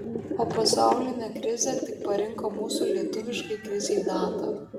o pasaulinė krizė tik parinko mūsų lietuviškai krizei datą